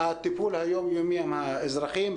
הטיפול היום-יומי עם האזרחים,